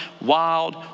wild